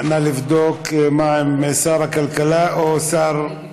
נא לבדוק מה עם שר הכלכלה, או שר,